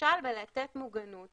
נכשל בלתת מוגנות